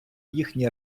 їхні